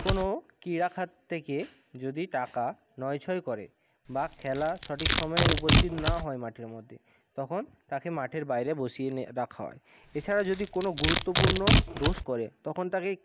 কোনও ক্রীড়াখাত থেকে যদি টাকা নয়ছয় করে বা খেলা সঠিক সময়ে উপস্থিত না হয় মাঠের মধ্যে তখন তাকে মাঠের বাইরে বসিয়ে রাখা হয় এছাড়া যদি কোনও গুরুত্বপূর্ণ দোষ করে তখন তাকে